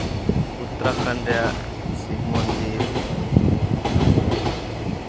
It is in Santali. ᱩᱛᱛᱨᱟᱠᱷᱚᱸᱰ ᱨᱮᱭᱟᱜ ᱥᱤᱵ ᱢᱚᱱᱫᱤᱨ ᱚᱱᱟ ᱠᱚ